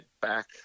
back